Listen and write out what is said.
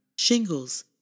shingles